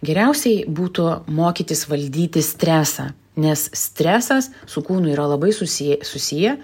geriausiai būtų mokytis valdyti stresą nes stresas su kūnu yra labai susi susiję